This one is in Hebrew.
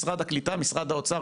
משרד האוצר,